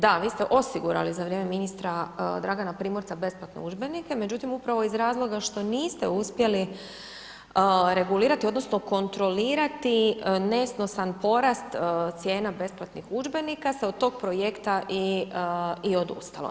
Da, vi ste osigurali za vrijeme ministra Dragana Primorca besplatne udžbenike, međutim, upravo iz razloga što niste uspjeli regulirati odnosno kontrolirati nesnosan porast cijena besplatnih udžbenika, se od toga projekta i odustalo.